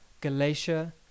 Galatia